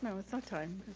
no, it's on time.